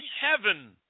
heaven